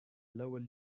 lower